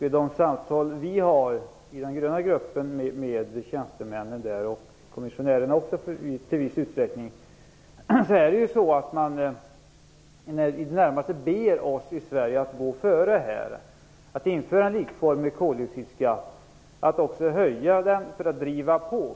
I de samtal som vi i den gröna gruppen har med tjänstemännen och även i viss utsträckning med kommissionärerna är det så att man i det närmaste ber oss i Sverige att gå före, att införa en likformig koloxidskatt, att också höja den för att driva på.